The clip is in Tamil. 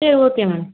சரி ஓகே மேம்